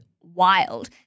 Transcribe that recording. wild